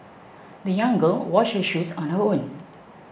the young girl washed her shoes on her own